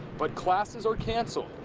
but classes are cancelled,